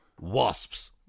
Wasps